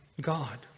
God